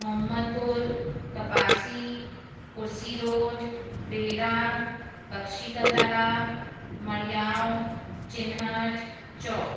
Momadpur Kapasi Kursi road बेरा बक्षी का तालाब मड़ियाओं चिन्हट चौक